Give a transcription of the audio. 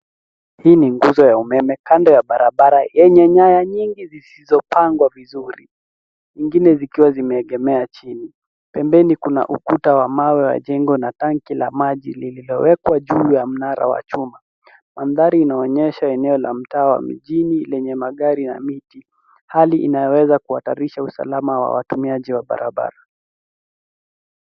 Hii ni nguzo ya umeme kando ya barabara yenye nyaya nyingi zisizopangwa vizuri, ingine zikiwa zimeegemea chini. Pembeni kuna ukuta wa mawe wa jengo na tanki la maji lililowekwa juu ya mnara wa chuma. Mandhari inaonyesha eneo la mtaa wa mijini lenye magari na miti. Hali inaweza kuhatarisha usalama wa watumiaji wa barabara.